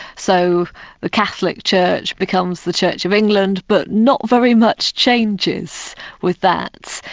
so the catholic church becomes the church of england, but not very much changes with that.